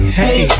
hey